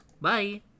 Bye